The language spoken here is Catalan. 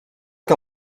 que